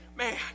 Man